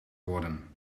worden